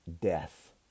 death